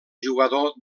jugador